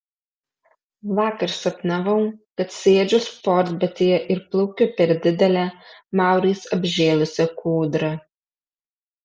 vakar sapnavau kad sėdžiu sportbatyje ir plaukiu per didelę maurais apžėlusią kūdrą